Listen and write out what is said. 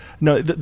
no